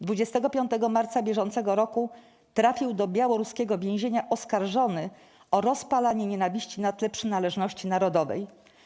25 marca br. trafił do białoruskiego więzienia, oskarżony o 'rozpalanie nienawiści na tle przynależności narodowej'